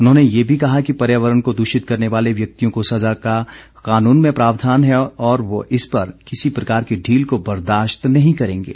उन्होंने ये भी कहा कि पर्यावरण को दूषित करने वाले व्यक्तियों को सजा का कानून में प्रावधान है और वह इस पर किसी प्रकार की ढील को बर्दाश्त नहीं करेंगे